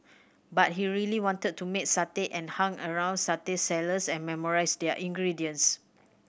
but he really wanted to make satay and hung around satay sellers and memorized their ingredients